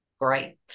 Great